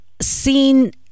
seen